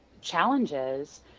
challenges